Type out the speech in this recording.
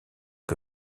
que